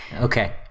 Okay